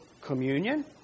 communion